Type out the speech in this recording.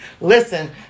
listen